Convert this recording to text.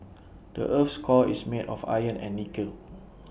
the Earth's core is made of iron and nickel